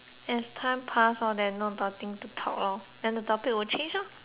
time pass on there's no nothing to talk lor then the topic will change ah